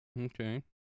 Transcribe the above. Okay